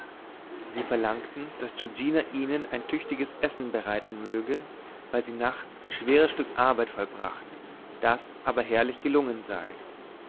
sie verlangten daß giorgina ihnen ein tüchtiges essen bereiten möge weil sie nachts ein schweres stück arbeit vollbracht das aber herrlich gelungen sei